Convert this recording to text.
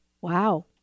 Wow